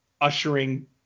ushering